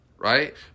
Right